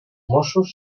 mossos